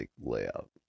layout